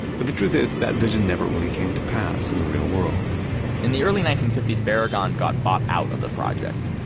but the truth is, that vision never really came to pass in the real world in the early nineteen fifty s, barragan got bought out of the project,